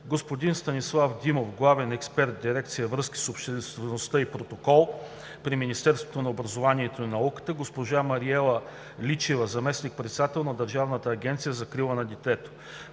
господин Станислав Димов – главен експерт в дирекция „Връзки с обществеността и протокол“ при Министерството на образованието и науката, и госпожа Мариела Личева – заместник-председател на Държавна агенция за закрила на детето.